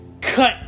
Cut